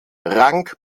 rang